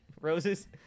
roses